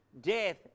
death